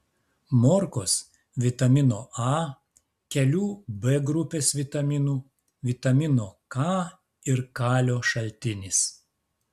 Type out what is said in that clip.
morkos vitamino a kelių b grupės vitaminų vitamino k ir kalio šaltinis